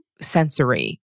sensory